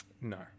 no